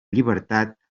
llibertat